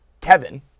kevin